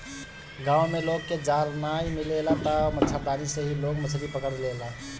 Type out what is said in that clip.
गांव में लोग के जाल नाइ मिलेला तअ मछरदानी से ही लोग मछरी पकड़ लेला